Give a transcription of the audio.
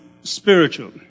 spiritual